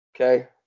okay